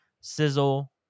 sizzle